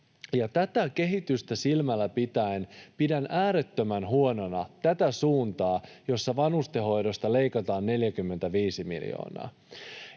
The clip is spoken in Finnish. Tätä kehitystä silmällä pitäen pidän äärettömän huonona tätä suuntaa, jossa vanhustenhoidosta leikataan 45 miljoonaa,